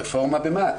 הקורסים של משרד העבודה.